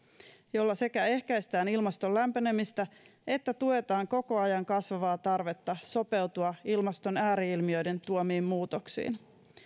jolla sekä ehkäistään ilmaston lämpenemistä että tuetaan koko ajan kasvavaa tarvetta sopeutua ilmaston ääri ilmiöiden tuomiin muutoksiin